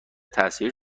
تاثیر